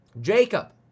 Jacob